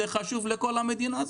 זה חשוב לכל המדינה,